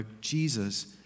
Jesus